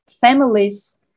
families